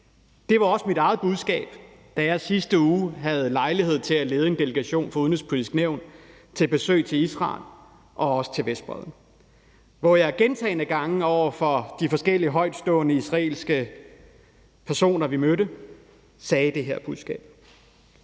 Det var også mit eget budskab, da jeg i sidste uge havde lejlighed til at lede en delegation fra Det Udenrigspolitiske Nævn ved et besøg til Israel og også til Vestbredden, hvor jeg gentagne gange over for de forskellige højtstående israelske personer, vi mødte, sagde det her budskab.